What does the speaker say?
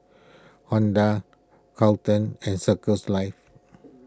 Honda Carlton and Circles Life